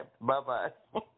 Bye-bye